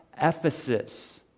Ephesus